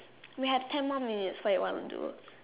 we have ten more minutes what you want to do